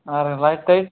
আর